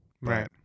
Right